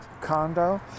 condo